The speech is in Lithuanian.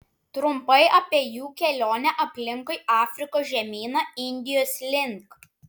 trumpai apie jų kelionę aplinkui afrikos žemyną indijos link